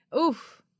oof